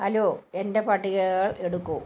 hello എൻ്റെ പട്ടികകൾ എടുക്കൂ